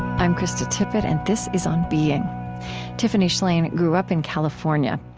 i'm krista tippett, and this is on being tiffany shlain grew up in california.